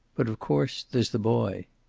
but of course there's the boy.